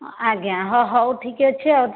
ଆଜ୍ଞା ହଁ ହେଉ ଠିକ୍ଅଛି ଆଉ